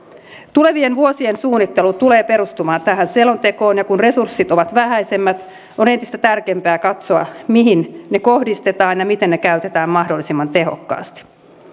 tulevien vuosien suunnittelu tulee perustumaan tähän selontekoon ja kun resurssit ovat vähäisemmät on entistä tärkeämpää katsoa mihin ne kohdistetaan ja miten ne käytetään mahdollisimman tehokkaasti